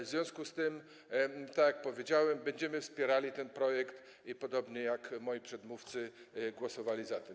W związku z tym, tak jak powiedziałem, będziemy wspierali ten projekt i podobnie jak moi przedmówcy głosowali za tym.